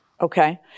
Okay